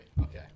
Okay